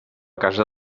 casa